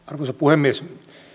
arvoisa puhemies